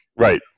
Right